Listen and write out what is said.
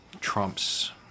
Trump's